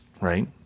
right